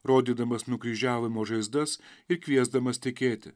rodydamas nukryžiavimo žaizdas ir kviesdamas tikėti